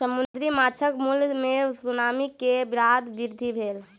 समुद्री माँछक मूल्य मे सुनामी के बाद वृद्धि भेल